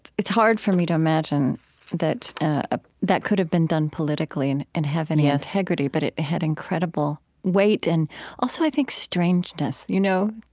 it's hard for me to imagine that ah that could have been done politically and and have any integrity yes but it had incredible weight and also i think strangeness. you know